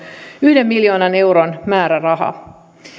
yhden miljoonan euron määräraha